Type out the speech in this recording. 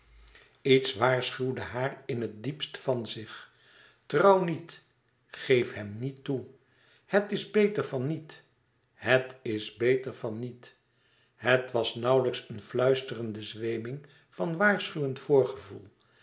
iets waarschuwde haar in het diepst van zich trouw niet geef hem niet toe het is beter van niet het is beter van niet het was nauwlijks een fluisterende zweeming van waarschuwend voorgevoel